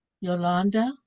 Yolanda